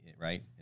right